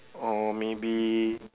or maybe